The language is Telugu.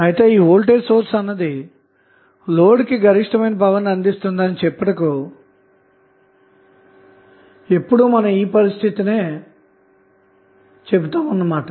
అయితే ఈ వోల్టేజ్ సోర్స్ అన్నది లోడ్కు గరిష్టమైన పవర్ ని అందిస్తుందని చెప్పుటకు ఎప్పుడు కూడా ఈ పరిస్థితిని చెబుతామన్నమాట